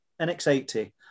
NX80